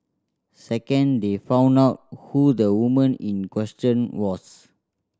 second they found out who the woman in question was